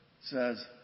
says